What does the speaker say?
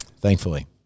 Thankfully